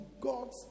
God's